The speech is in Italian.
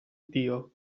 dio